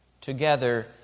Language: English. together